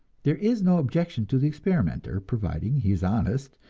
there is no objection to the experimenter, provided he is honest,